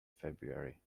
february